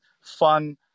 fun